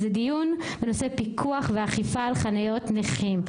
זה דיון בנושא פיקוח ואכיפה על חניות נכים.